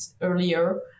earlier